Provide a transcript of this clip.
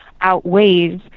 outweighs